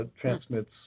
transmits